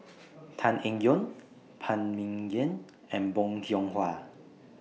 Tan Eng Yoon Phan Ming Yen and Bong Hiong Hwa